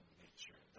nature